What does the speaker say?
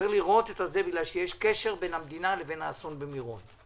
מכיוון שיש קשר בין המדינה לבין האסון במירון.